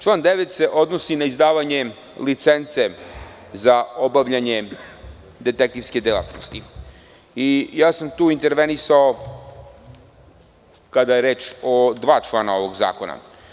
Član 9. se odnosi na izdavanje licence za obavljanje detektivske delatnosti i tu sam intervenisao kada je reč o dva člana ovog zakona.